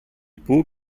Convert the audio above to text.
pooh